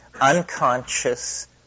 unconscious